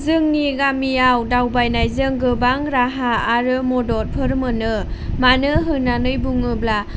जोंनि गामियाव दावबायनायजों गोबां राहा आरो मददफोर मोनो मानो होननानै बुङोब्ला